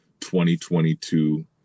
2022